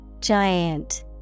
giant